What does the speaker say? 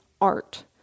art